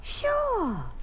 Sure